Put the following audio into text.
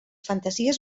fantasies